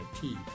tea